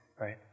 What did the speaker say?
right